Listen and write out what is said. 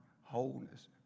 wholeness